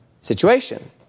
situation